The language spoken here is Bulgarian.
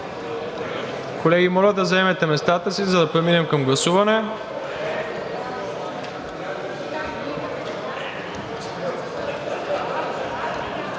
Колеги, моля да заемете местата си, за да преминем към гласуване.